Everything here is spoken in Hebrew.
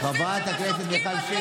איך אתה לא מתבייש?